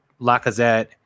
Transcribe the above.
Lacazette